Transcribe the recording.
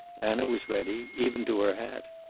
anna was ready, even to her hat.